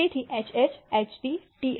તેથી HH HT TH